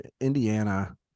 Indiana